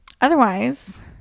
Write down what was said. otherwise